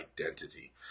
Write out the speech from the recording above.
identity